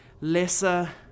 lesser